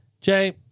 Jay